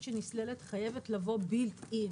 חייבת לבוא בִּילְד אִין